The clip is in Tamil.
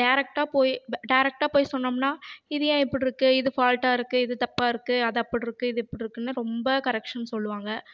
டெரெக்டாக போய் டெரெக்டாக போய் சொன்னோம்னால் இது ஏன் இப்புட்ருக்குது இது ஃபால்ட்டாக இருக்குது இது தப்பாருக்குது அது அப்புட்ருக்குது இது இப்புட்ருக்குனு ரொம்ப கரெக்ஷன் சொல்லுவாங்க